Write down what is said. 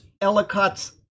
Ellicott's